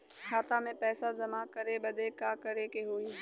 खाता मे पैसा जमा करे बदे का करे के होई?